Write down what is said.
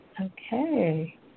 Okay